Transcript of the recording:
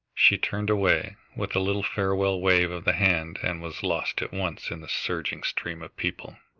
she turned away with a little farewell wave of the hand and was lost at once in the surging stream of people.